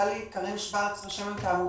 --- וענתה לי קארין שוורץ רשמת העמותות.